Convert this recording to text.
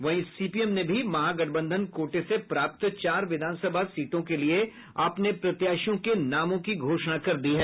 वहीं सीपीएम ने भी महागठबंधन कोटे से प्राप्त चार विधानसभा सीटों के लिए अपने प्रत्याशियों के नामों की घोषणा कर दी है